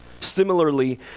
Similarly